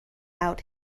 out